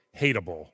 hateable